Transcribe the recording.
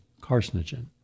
carcinogen